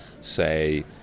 say